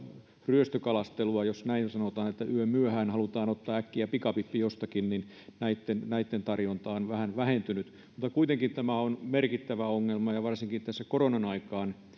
ryöstökalastelua jos näin sanotaan eli jos yömyöhään halutaan ottaa äkkiä pikavippi jostakin niin näitten näitten tarjonta on vähän vähentynyt mutta kuitenkin tämä on merkittävä ongelma ja varsinkin tässä koronan aikana